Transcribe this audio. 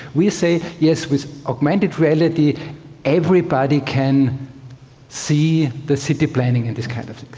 we say yes with augmented reality everybody can see the city planning and these kind of things.